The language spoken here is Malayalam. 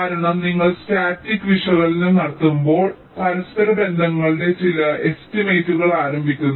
കാരണം നിങ്ങൾ സ്റ്റാറ്റിക് വിശകലനം നടത്തുമ്പോൾ നിങ്ങൾ പരസ്പരബന്ധങ്ങളുടെ ചില എസ്റ്റിമേറ്റുകൾ ആരംഭിക്കുന്നു